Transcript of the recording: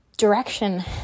direction